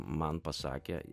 man pasakė